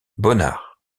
bonnard